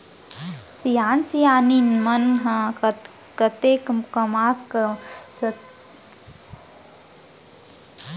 सियान सियनहिन मन ह कतेक कमा सकही, जांगर के रहत ले कमाही